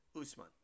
Usman